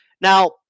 Now